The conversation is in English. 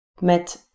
met